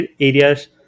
areas